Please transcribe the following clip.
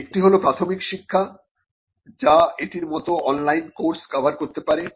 একটি হল প্রাথমিক শিক্ষা যা এটির মত অনলাইন কোর্স কভার করতে পারে